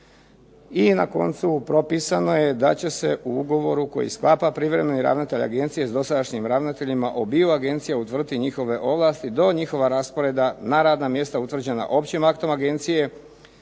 I na koncu propisano je da će se u ugovoru koji sklapa privremeni ravnatelj agencije s dosadašnjim ravnateljima obiju agencija utvrditi njihove ovlasti do njihova rasporeda na radna mjesta utvrđena općim aktom agencije.